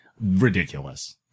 Ridiculous